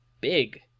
big